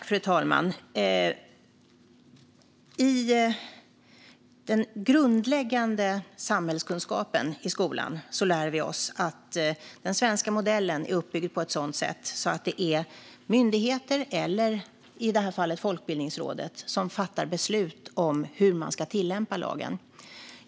Fru talman! I den grundläggande samhällskunskapen i skolan lär vi oss att den svenska modellen är uppbyggd på ett sådant sätt att det är myndigheter eller i detta fall Folkbildningsrådet som fattar beslut om hur man ska tillämpa lagen.